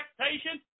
expectation